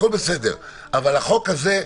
הכול בסדר, אבל החוק הזה,